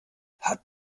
hat